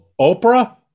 Oprah